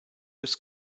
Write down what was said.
this